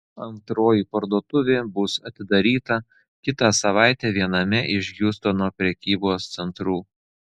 antroji parduotuvė bus atidaryta kitą savaitę viename iš hjustono prekybos centrų